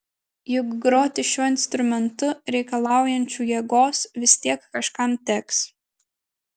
juk groti šiuo instrumentu reikalaujančiu jėgos vis tiek kažkam teks